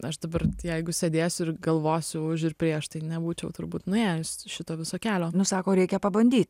aš dabar jeigu sėdėsiu ir galvosiu už ir prieš tai nebūčiau turbūt nuėjus šito viso kelio nu sako reikia pabandyt